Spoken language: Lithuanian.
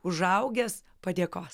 užaugęs padėkos